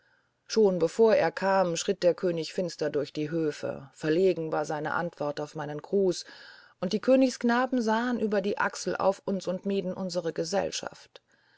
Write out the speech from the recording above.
schon bevor er kam schritt der könig finster durch die höfe verlegen war seine antwort auf meinen gruß und die königsknaben sahen über die achsel auf uns und mieden unsere gesellschaft